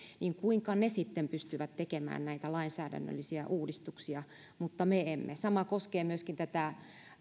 niin kuinka ne sitten pystyvät tekemään näitä lainsäädännöllisiä uudistuksia mutta me emme sama koskee myöskin tätä